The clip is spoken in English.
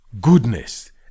Goodness